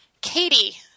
Katie